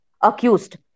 accused